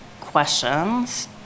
questions